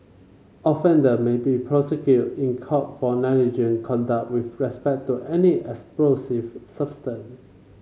offender may be prosecuted in court for negligent conduct with respect to any explosive